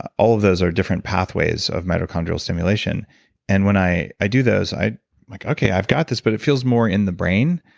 all of those are different pathways of mitochondrial stimulation and when i i do those, i'm like, okay, i've got this. but it feels more in the brain.